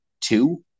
two